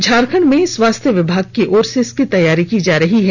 झारखंड में स्वास्थ्य विभाग की ओर से इसकी तैयारी की जा रही है